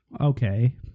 Okay